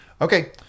Okay